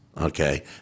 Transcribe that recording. okay